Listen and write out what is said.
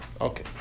okay